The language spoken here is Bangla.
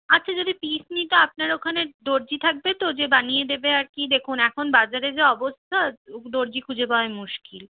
আচ্ছা যদি পিস নিই তো আপনার ওখানে দর্জি থাকবে তো যে বানিয়ে দেবে আর কি দেখুন এখন বাজারে যা অবস্থা দর্জি খুঁজে পাওয়াই মুশকিল